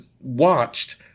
watched